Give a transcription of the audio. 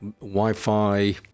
Wi-Fi